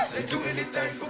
do anything